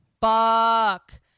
fuck